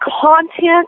content